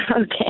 Okay